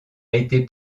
été